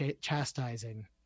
chastising